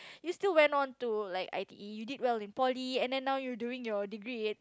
you still went on to like I_T_E you did well in poly and then now you are doing your degree